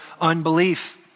unbelief